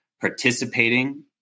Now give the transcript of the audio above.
participating